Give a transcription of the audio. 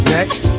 Next